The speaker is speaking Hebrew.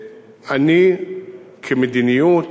אני, המדיניות